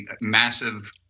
massive